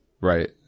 Right